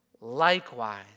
Likewise